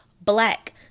black